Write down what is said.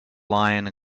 lion